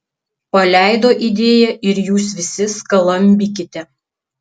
paleido idėją ir jūs visi skalambykite